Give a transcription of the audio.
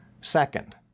Second